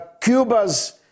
Cuba's